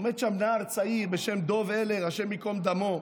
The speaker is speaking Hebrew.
עומד שם נער צעיר בשם דב הלר, השם ייקום דמו,